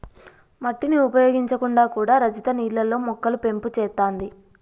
మట్టిని ఉపయోగించకుండా కూడా రజిత నీళ్లల్లో మొక్కలు పెంపు చేత్తాంది